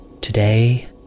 Today